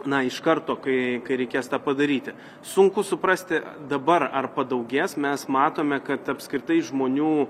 na iš karto kai kai reikės tą padaryti sunku suprasti dabar ar padaugės mes matome kad apskritai žmonių